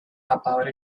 about